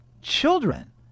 children